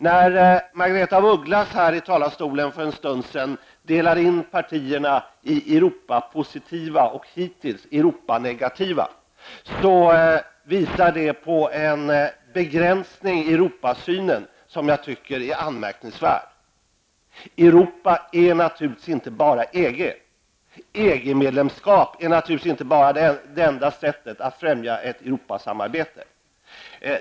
När Margaretha af Ugglas här i talarstolen för en stund sedan delade in partierna i Europapositiva och hittills Europanegativa visade detta på en begränsning i Europasynen som jag anser är anmärkningsvärd. Europa är naturligtvis inte bara EG, och EG medlemskap är naturligtvis inte det enda sättet att främja ett Europasamarbete.